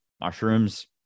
Mushrooms